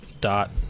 dot